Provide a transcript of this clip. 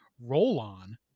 roll-on